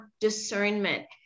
discernment